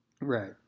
Right